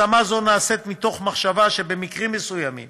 השמה זו נעשית מתוך מחשבה שבמקרים מסוימים